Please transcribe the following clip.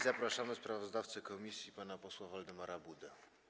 Zapraszam sprawozdawcę komisji pana posła Waldemara Budę.